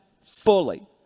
fully